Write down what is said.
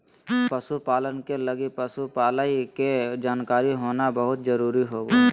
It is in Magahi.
पशु पालन के लगी पशु पालय के जानकारी होना बहुत जरूरी होबा हइ